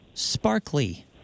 sparkly